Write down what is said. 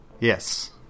Yes